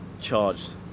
charged